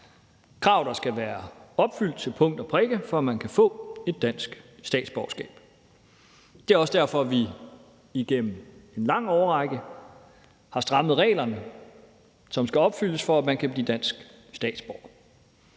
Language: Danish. krav, der skal være opfyldt til punkt og prikke, for at man kan få et dansk statsborgerskab. Det er også derfor, vi igennem en lang årrække har strammet reglerne, som skal opfyldes, for at man kan blive dansk statsborger.